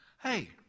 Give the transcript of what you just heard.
Hey